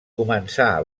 començà